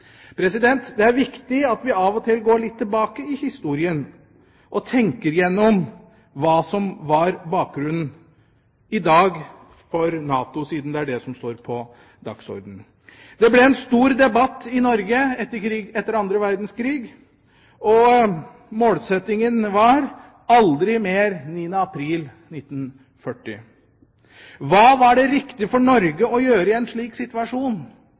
Det er viktig at vi av og til går litt tilbake i historien, og tenker igjennom hva som var bakgrunnen for – i dag – NATO, siden det er det som står på dagsordenen. Det ble en stor debatt i Norge etter annen verdenskrig. Målsettingen var: aldri mer 9. april 1940. Hva var det riktig for Norge å gjøre i en slik situasjon?